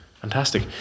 Fantastic